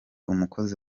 umukozi